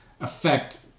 affect